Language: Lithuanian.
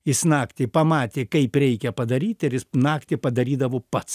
jis naktį pamatė kaip reikia padaryt ir naktį padarydavo pats